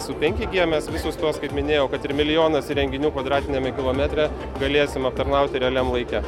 su penki gie mes visus tuos kaip minėjau kad ir milijonas įrenginių kvadratiniame kilometre galėsim aptarnauti realiam laike